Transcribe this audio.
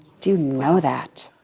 do you know that?